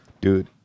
Dude